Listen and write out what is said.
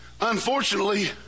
Unfortunately